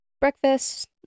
breakfast